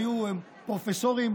היו פרופסורים